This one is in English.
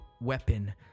weapon